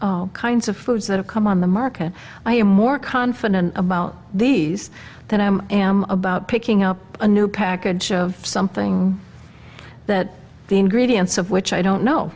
new kinds of foods that have come on the market i am more confident about these than i am about picking up a new package of something that the ingredients of which i don't know